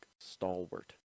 stalwart